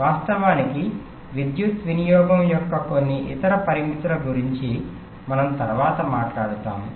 వాస్తవానికి విద్యుత్ వినియోగం యొక్క కొన్ని ఇతర పరిమితుల గురించి మనం తరువాత మాట్లాడతాము